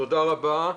תודה רבה.